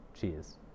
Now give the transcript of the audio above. cheers